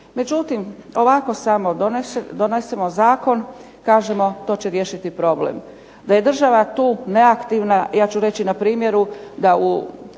Međutim, ovako samo donesemo zakon, kažemo to će riješiti problem. Da je država tu neaktivna ja ću reći na primjeru da u